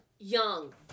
young